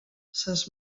ses